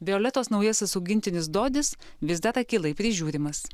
violetos naujasis augintinis dodis vis dar akylai prižiūrimas